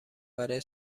برای